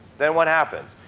then, what happens?